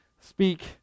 speak